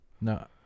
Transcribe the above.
No